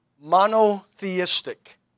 monotheistic